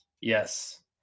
Yes